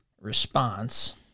response